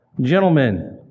Gentlemen